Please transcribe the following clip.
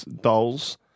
dolls